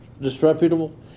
disreputable